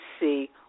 see